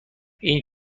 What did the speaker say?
این